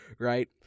Right